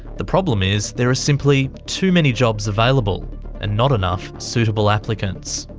the problem is there are simply too many jobs available and not enough suitable applicants.